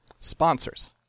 Sponsors